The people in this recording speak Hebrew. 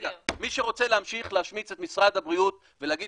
מי שרוצה להמשיך להשמיץ את משרד הבריאות ולהגיד